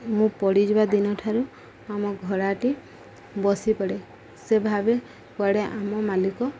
ମୁଁ ପଡ଼ିଯିବା ଦିନଠାରୁ ଆମ ଘୋଡ଼ାଟି ବସିପଡ଼େ ସେ ଭାବେ କୁଆଡ଼େ ଆମ ମାଲିକ